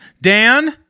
Dan